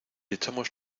echamos